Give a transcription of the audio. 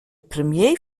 premier